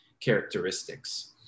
characteristics